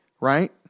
right